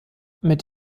mit